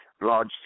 large